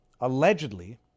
allegedly